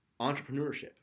entrepreneurship